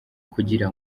kugira